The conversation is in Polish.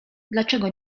dlaczego